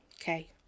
Okay